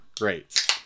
Great